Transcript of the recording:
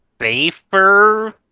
safer